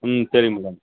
ம் சரி மேடம்